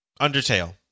Undertale